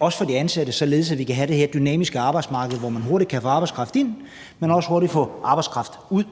også for de ansatte, så vi kan have det her dynamiske arbejdsmarked, hvor man hurtigt kan få arbejdskraft ind, men også hurtigt få arbejdskraft ud.